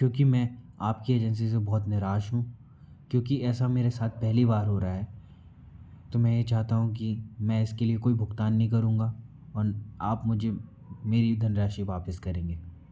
क्योंकि मैं आपके एजेंसी से बहुत निराश हूँ क्योंकि ऐसा मेरे साथ पहली बार हो रहा है तो मैं ये चाहता हूँ कि मैं इसके लिए कोई भुगतान नहीं करूंगा औन आप मुझे मेरी धन राशि वापस करेंगे